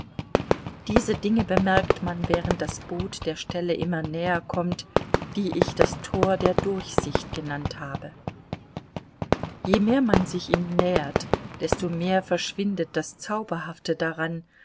diese dinge bemerkt man während das boot der stelle immer näher kommt die ich das tor der durchsicht genannt habe je mehr man sich ihm nähert desto mehr verschwindet das zauberhafte daran